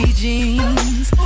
jeans